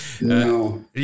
No